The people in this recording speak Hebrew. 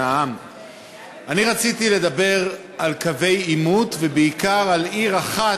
אני רציתי לדבר על קווי עימות ובעיקר על עיר אחת,